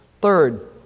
Third